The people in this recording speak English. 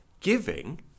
giving